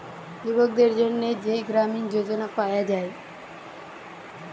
যুবকদের জন্যে যেই গ্রামীণ যোজনা পায়া যায়